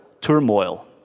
turmoil